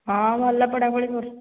ହଁ ଭଲ ପଢ଼ାପଢ଼ି କରୁଛି